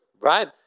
right